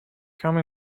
come